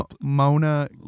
Mona